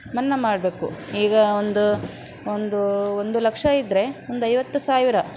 ಮನ್ನಾ ಮಾಡಬೇಕು ಈಗ ಒಂದು ಒಂದು ಒಂದು ಲಕ್ಷ ಇದ್ದರೆ ಒಂದು ಐವತ್ತು ಸಾವಿರ